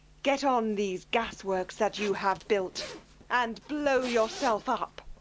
get on these gas-works that you have built and blow yourself up.